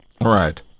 Right